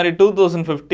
2015